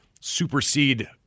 supersede